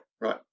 right